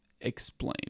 explain